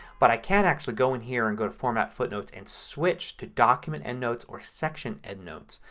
but i can actually go in here and go to format, footnotes and switch to document endnotes or section endnotes.